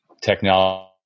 technology